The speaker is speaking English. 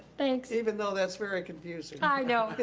thanks. even though that's very confusing. i know.